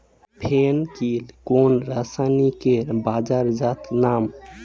ফেন কিল কোন রাসায়নিকের বাজারজাত নাম?